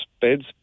beds